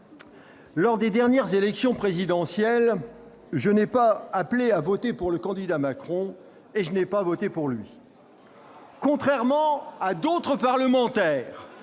lors de la dernière élection présidentielle, je n'ai pas appelé à voter pour le candidat Macron et je n'ai pas voté pour lui. Contrairement à d'autres parlementaires,